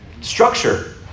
structure